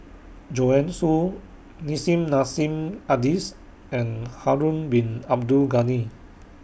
Joanne Soo Nissim Nassim Adis and Harun Bin Abdul Ghani